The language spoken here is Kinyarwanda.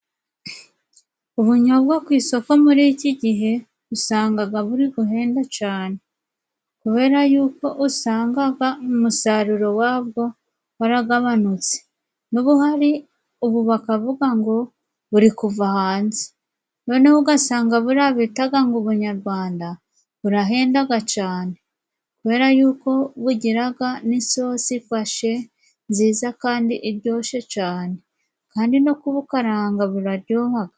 Ubunyobwa ku isoko muri iki gihe usangaga buri guhenda cane, kubera y'uko usangaga umusaruro wabwo waragabanutse n'ubuhari ubu bakavuga ngo buri kuva hanze, noneho ugasanga buriya bitaga ngo ubunyarwanda burahenda ga cane, kubera y'uko bugiraga n'isosi ifashe, nziza kandi iryoshye cane, kandi no kubukaranga buraryohaga.